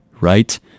right